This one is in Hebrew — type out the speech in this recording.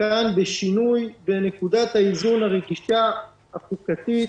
כאן בנקודת האיזון הרגישה, החוקתית,